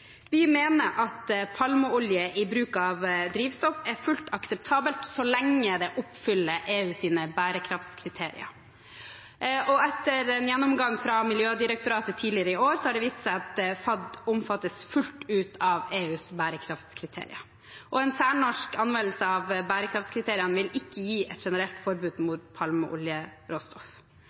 Vi mener at bruk av palmeolje i drivstoff er fullt akseptabelt så lenge det oppfyller EUs bærekraftskriterier. Etter en gjennomgang fra Miljødirektoratet tidligere i år har det vist seg at PFAD omfattes fullt ut av EUs bærekraftskriterier. En særnorsk anvendelse av bærekraftskriteriene vil ikke gi et generelt forbud mot palmeoljeråstoff.